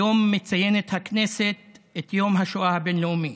היום מציינת הכנסת את יום השואה הבין-לאומי,